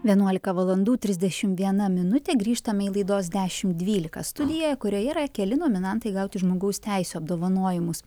vienuolika valandų trisdešim viena minutė grįžtame į laidos dešim dvylika studiją kurioje yra keli nominantai gauti žmogaus teisių apdovanojimus